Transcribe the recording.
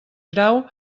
grau